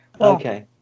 okay